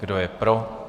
Kdo je pro?